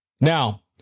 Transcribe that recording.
Now